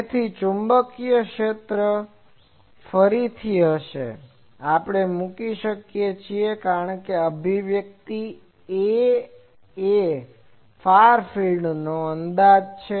તેથી ચુંબકીય ક્ષેત્ર ફરીથી હશે આપણે મૂકી શકીએ છીએ કારણ કે એ અભિવ્યક્તિ એ એ ફાર ફિલ્ડનો અંદાજ છે